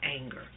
anger